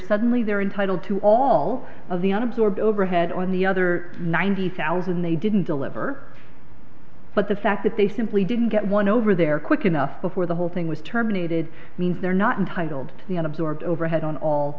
suddenly they're entitled to all of the unabsorbed overhead on the other ninety thousand they didn't deliver but the fact that they simply didn't get one over there quick enough before the whole thing was terminated means they're not entitled to the unabsorbed overhead on all